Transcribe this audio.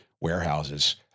warehouses